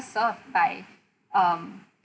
serve by um